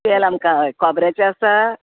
तेल आमकां हय खोबऱ्याचें आसा हय